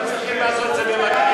לא צריך לעשות את זה במקביל.